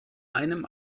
einem